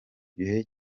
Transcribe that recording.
gihe